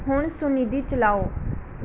ਹੁਣ ਸੁਨਿਧੀ ਚਲਾਓ